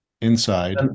inside